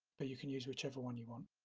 but you can use whichever one you want